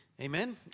Amen